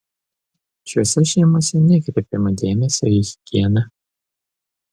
šiose šeimose nekreipiama dėmesio į higieną